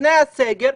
לפני הסגר,